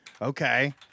okay